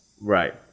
Right